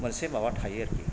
मोनसे माबा थायो आरोखि